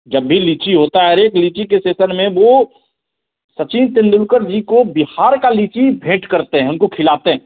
जब भी लीची होती है हर एक लीची के सैसन में वह सचिन तेन्दुलकर जी को बिहार का लीची भेंट करते हैं उनको खिलाते हैं